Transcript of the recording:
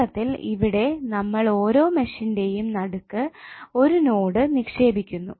ചിത്രത്തിൽ ഇവിടെ നമ്മൾ ഓരോ മെഷിന്റെയും നടുക്ക് ഒരു നോഡ് നിക്ഷേപിക്കുന്നു